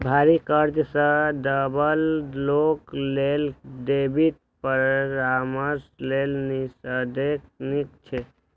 भारी कर्ज सं दबल लोक लेल क्रेडिट परामर्श लेब निस्संदेह नीक छै